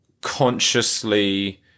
consciously